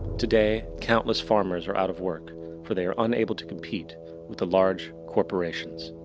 today countless farmers are out of work for they're unable to compete with the large corporations.